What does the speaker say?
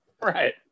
Right